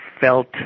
felt